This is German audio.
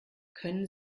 können